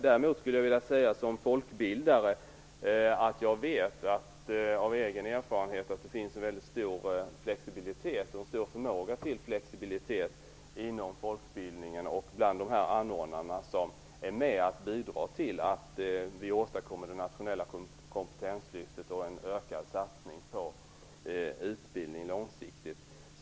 Däremot skulle jag som folkbildare vilja säga att jag av egen erfarenhet vet att det finns en en mycket stor förmåga till flexibilitet inom folkbildningen och bland anordnarna som bidrar till att vi åstadkommer det nationella kompetenslyftet och långsiktigt får en ökad satsning på utbildning.